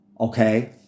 Okay